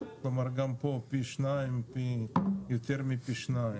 כלומר גם פה יותר מפי שניים.